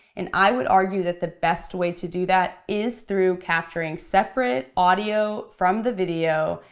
and i would argue that the best way to do that is through capturing separate audio from the video,